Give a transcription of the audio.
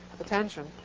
attention